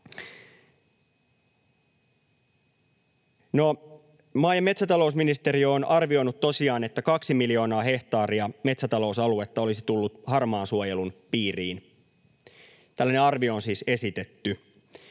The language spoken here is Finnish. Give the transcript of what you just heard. maa‑ ja metsätalousministeriö on arvioinut tosiaan, että kaksi miljoonaa hehtaaria metsätalousaluetta olisi tullut harmaan suojelun piiriin. Tällainen arvio on siis esitetty.